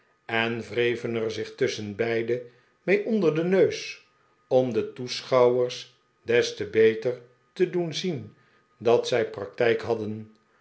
en wreven er zich tusschenbeide mee onder den neus om de toeschouwers des te beter te dden zien dat zij praktijk hadden